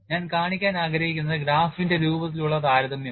ഞാൻ കാണിക്കാൻ ആഗ്രഹിക്കുന്നത് ഗ്രാഫിന്റെ രൂപത്തിലുള്ള താരതമ്യമാണ്